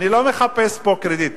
אני לא מחפש פה קרדיט,